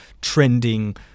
trending